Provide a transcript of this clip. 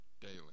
daily